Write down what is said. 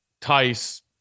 Tice